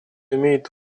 имеет